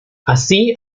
así